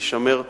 יישמר כבודו.